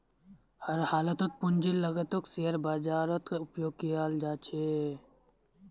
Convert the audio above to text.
हर हालतत पूंजीर लागतक शेयर बाजारत उपयोग कियाल जा छे